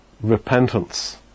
repentance